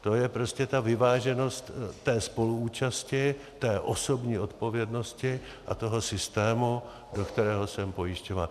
To je prostě ta vyváženost té spoluúčasti, té osobní odpovědnosti a toho systému, do kterého jsem pojišťován.